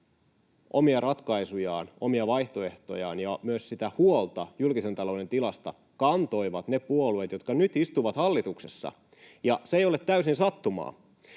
omia ratkaisujaan, omia vaihtoehtojaan ja myös huolta julkisen talouden tilasta kantoivat ne puolueet, jotka nyt istuvat hallituksessa, ja se ei ole täysin sattumaa.